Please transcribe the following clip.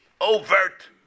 overt